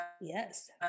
yes